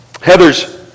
Heather's